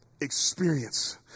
experience